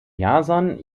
jason